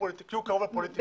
כי הוא קרוב לפוליטיקה.